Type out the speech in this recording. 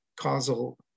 causal